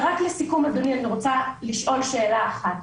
ורק לסיכום, אדוני, אני רוצה לשאול שאלה אחת.